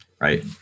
right